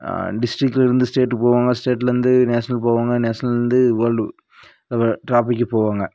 டிஸ்டிக்கில் இருந்து ஸ்டேட்டு போவாங்க ஸ்டேட்டில் இருந்து நேஷ்னல் போவாங்க நேஷ்னலில் இருந்து வேர்ல்டு நம்ம டிராஃபிக்கு போவாங்க